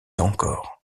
encore